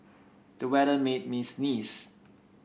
the weather made me sneeze